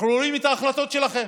אנחנו רואים את ההחלטות שלכם.